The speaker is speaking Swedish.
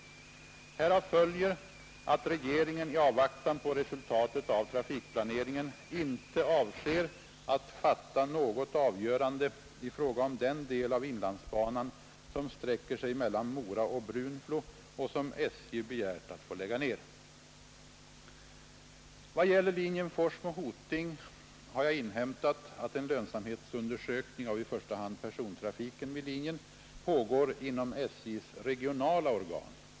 Härav följer att regeringen i avvaktan på resultatet av trafikplaneringen inte avser att fatta något avgörande i fråga om den del av inlandsbanan som sträcker sig mellan Mora och Brunflo och som SJ begärt att få lägga ned. Vad gäller linjen Forsmo-—Hoting har jag inhämtat att en lönsamhetsundersökning av i första hand persontrafiken vid linjen pågår inom SJ:s regionala organ.